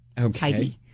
Okay